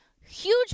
Huge